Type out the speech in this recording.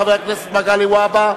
חבר הכנסת מגלי והבה,